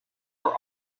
for